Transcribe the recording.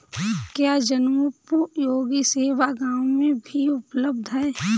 क्या जनोपयोगी सेवा गाँव में भी उपलब्ध है?